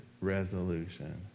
resolution